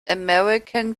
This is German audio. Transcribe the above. american